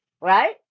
Right